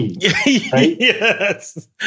Yes